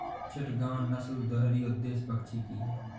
चिटगांव नस्ल दोहरी उद्देश्य पक्षी की है